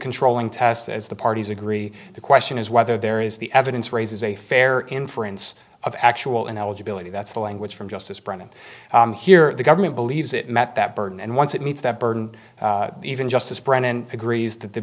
controlling test as the parties agree the question is whether there is the evidence raises a fair inference of actual ineligibility that's the language from justice brennan here the government believes it met that burden and once it meets that burden even justice brennan agrees that the